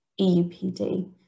EUPD